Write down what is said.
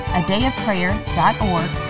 adayofprayer.org